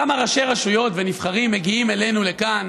כמה ראשי רשויות ונבחרים מגיעים אלינו לכאן,